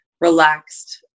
relaxed